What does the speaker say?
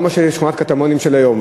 לא כמו שכונת הקטמונים של היום,